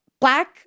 black